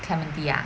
clementi ah